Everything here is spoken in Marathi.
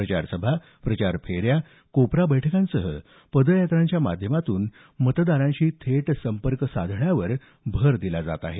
प्रचार सभा प्रचार फेऱ्या कोपरा बैठकांसह पद्यात्रांच्या माध्यमातून मतदारांशी थेट संपर्क साधण्यावर भर दिला जात आहे